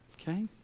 Okay